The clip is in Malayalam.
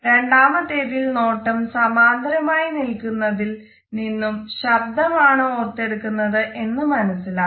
രണ്ടാമത്തേതിൽ നോട്ടം സമാന്തരമായി നിൽക്കുന്നതിൽ നിന്നും ശബ്ദമാണ് ഓർത്തെടുക്കുന്നത് എന്ന് മനസ്സിലാക്കാം